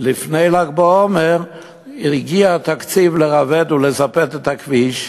לפני ל"ג בעומר הגיע התקציב לרבד ולזפת את הכביש,